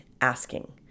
asking